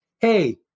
hey